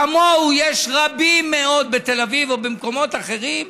כמוהו יש רבים מאוד בתל אביב או במקומות אחרים.